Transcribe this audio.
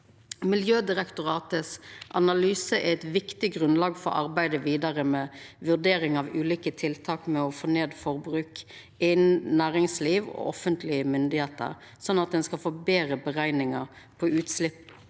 Miljødirektoratets analyse er eit viktig grunnlag for arbeidet vidare med vurdering av ulike tiltak for å få ned forbruk innan næringsliv og offentlege myndigheiter, sånn at ein får betre berekningar på eigne